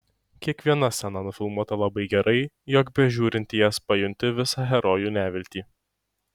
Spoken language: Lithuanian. kiekviena scena nufilmuota labai gerai jog bežiūrint į jas pajunti visą herojų neviltį